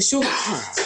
ושוב,